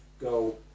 go